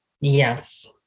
Yes